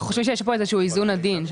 אנחנו חושבים שיש פה איזה שהוא איזון עדין,